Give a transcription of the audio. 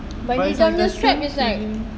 but without the strap it's like